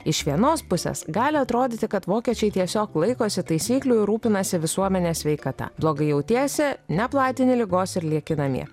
iš vienos pusės gali atrodyti kad vokiečiai tiesiog laikosi taisyklių ir rūpinasi visuomenės sveikata blogai jautiesi neplatini ligos ir lieki namie